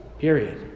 period